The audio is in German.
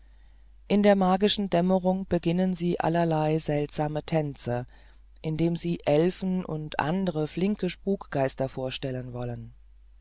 in der magischen dämmerung beginnen sie allerlei seltsame tänze indem sie elfen und andere flinke spukgeister vorstellen wollen